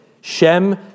Shem